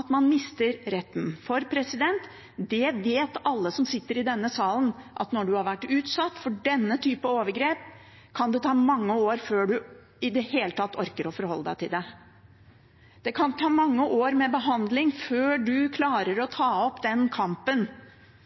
at man mister retten. For alle som sitter i salen, vet at når man har vært utsatt for denne typen overgrep, kan det ta mange år før man i det hele tatt orker å forholde seg til det. Det kan ta mange år med behandling før man klarer å ta opp kampen mot den